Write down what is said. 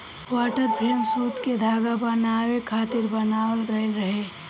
water frame सूत के धागा बनावे खातिर बनावल गइल रहे